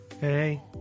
Hey